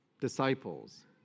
disciples